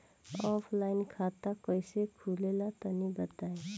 Offline खाता कइसे खुले ला तनि बताई?